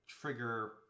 trigger